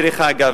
דרך אגב,